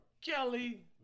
Kelly